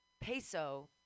peso